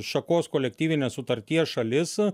šakos kolektyvinės sutarties šalis